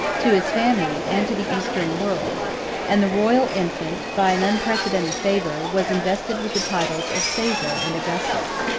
to his family, and to the eastern world and the royal infant, by an unprecedented favor, was invested with the titles of caesar and augustus.